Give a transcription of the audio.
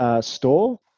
store